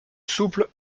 souple